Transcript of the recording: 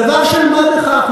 דבר של מה בכך,